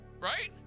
Right